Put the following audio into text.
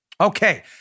Okay